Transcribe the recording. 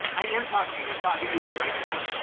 i am talking. i'm talking to you right now.